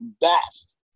best